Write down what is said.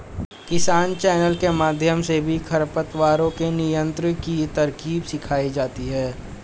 किसान चैनल के माध्यम से भी खरपतवारों के नियंत्रण की तरकीब सिखाई जाती है